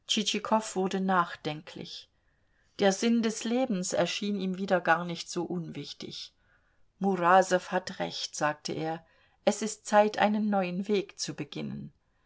wurde nachdenklich der sinn des lebens erschien ihm wieder gar nicht so unwichtig murasow hat recht sagte er es ist zeit einen neuen weg zu beginnen